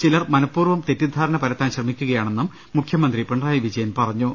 ചിലർ മനഃപൂർവ്വം തെറ്റിദ്ധാരണ പരത്താൻ ശ്രമിക്കുകയാണെന്നും മുഖ്യമന്ത്രി പിണറായി വിജയൻ പറഞ്ഞു